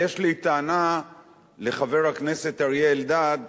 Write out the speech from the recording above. אבל יש לי טענה לחבר הכנסת אריה אלדד,